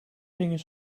gingen